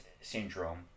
syndrome